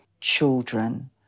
children